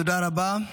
תודה רבה.